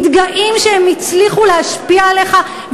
מתגאים שהם הצליחו להשפיע עליך,